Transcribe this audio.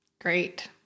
Great